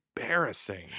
embarrassing